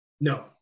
No